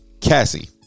Cassie